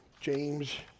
James